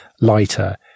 lighter